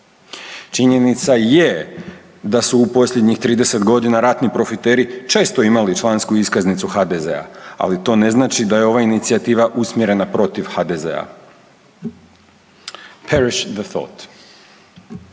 Činjenica je da su posljednjih 30 godina ratni profiteri često imali člansku iskaznicu HDZ-a, ali to ne znači da je ova inicijativa usmjerena protiv HDZ-a. …/Govornik govori